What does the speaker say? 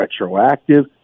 retroactive